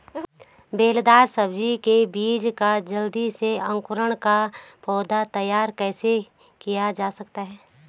बेलदार सब्जी के बीजों का जल्दी से अंकुरण कर पौधा तैयार कैसे किया जा सकता है?